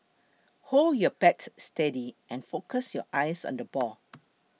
hold your bat steady and focus your eyes on the ball